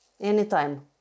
Anytime